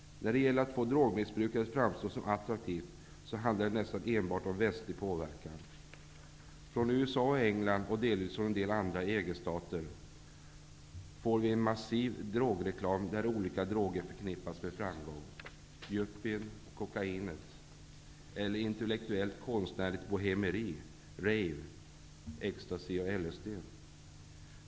När det gäller att få drogmissbruket att framstå som attraktivt handlar det nästan enbart om västlig påverkan. Från USA och England och delvis från en del andra EG-stater får vi en massiv drogreklam, där olika droger förknippas med framgång eller intellektuellt och konstnärligt bohemeri .